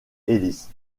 ellis